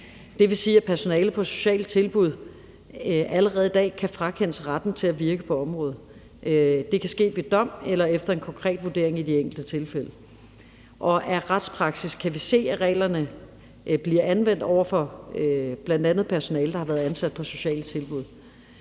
Det vil sige, at personalet på sociale tilbud allerede i dag kan frakendes retten til at virke på området. Det kan ske ved dom eller efter en konkret vurdering i de enkelte tilfælde. Af retspraksis kan vi se, at reglerne bliver anvendt over for bl.a. personale, der har været ansat på sociale tilbud.